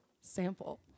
sample